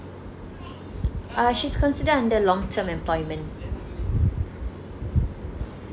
uh she's consider under long term employment